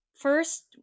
first